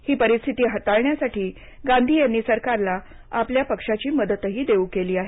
हे परिस्थिती हाताळण्यासाठी गांधी यांनी सरकारला आपल्या पक्षाची मदतही देऊ केली आहे